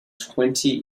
twenty